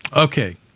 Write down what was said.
Okay